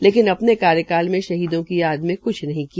लेकिन अपने कार्यकाल में शहीदों की याद में क्छ नहीं किया